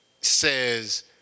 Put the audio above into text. says